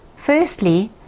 Firstly